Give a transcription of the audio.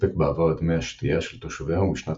סיפק בעבר את מי השתייה של תושביה ומשנת